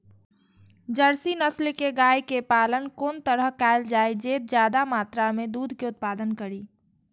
Jersey नस्ल के गाय के पालन कोन तरह कायल जाय जे ज्यादा मात्रा में दूध के उत्पादन करी?